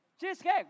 Cheesecake